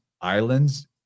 islands